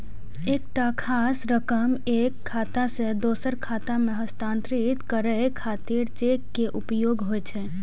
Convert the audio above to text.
एकटा खास रकम एक खाता सं दोसर खाता मे हस्तांतरित करै खातिर चेक के उपयोग होइ छै